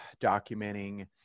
documenting